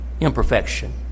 imperfection